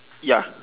ya